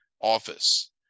office